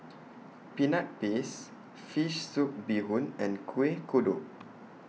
Peanut Paste Fish Soup Bee Hoon and Kueh Kodok